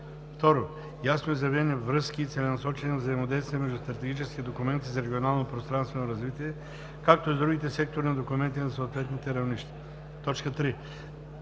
2. Ясно изявени връзки и целенасочени взаимодействия между стратегическите документи за регионално и пространствено развитие, както и с другите секторни документи на съответните равнища. 3.